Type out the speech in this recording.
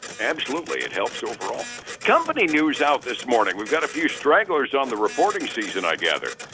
absolutely it helps. overall company news out this morning we've got a few stragglers on the reporting season, i gather.